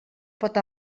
pot